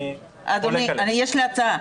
אדוני, יש לי הצעה.